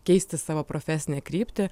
keisti savo profesinę kryptį